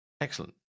Excellent